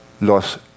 Los